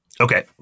okay